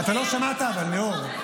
אתה לא שמעת, אבל, נאור.